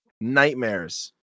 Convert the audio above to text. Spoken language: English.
nightmares